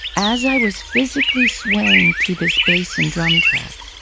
as i was physically swaying to this bass and drum track,